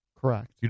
Correct